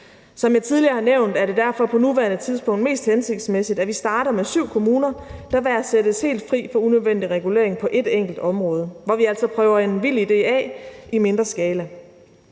Som jeg tidligere har nævnt, er det derfor på nuværende tidspunkt mest hensigtsmæssigt, at vi starter med syv kommuner, der hver sættes helt fri for unødvendig regulering på et enkelt område, hvor vi altså prøver en vild idé af i mindre skala.